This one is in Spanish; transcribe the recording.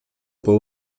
por